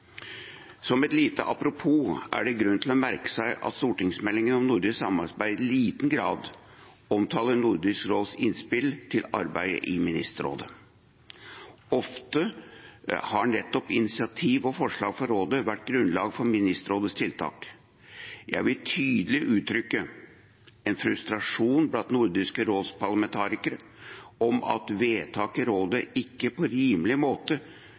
Som et lite apropos er det grunn til å merke seg at stortingsmeldingen om nordisk samarbeid i liten grad omtaler Nordisk råds innspill til arbeidet i Ministerrådet. Ofte har nettopp initiativ og forslag fra Rådet vært grunnlag for Ministerrådets tiltak. Jeg vil tydelig uttrykke en frustrasjon blant Nordisk råds parlamentarikere om at vedtak i Rådet ikke på rimelig måte